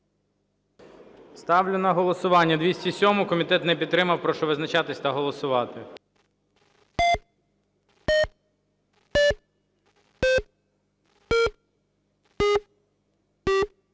Ставлю на голосування 264 правку. Комітет не підтримав. Прошу визначатись та голосувати.